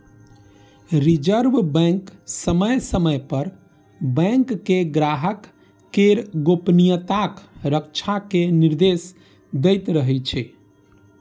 reserve bank समय समय पर बैंक कें ग्राहक केर गोपनीयताक रक्षा के निर्देश दैत रहै छै